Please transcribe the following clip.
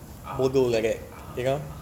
ah (uh huh)